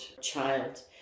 child